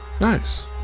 Nice